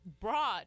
Broad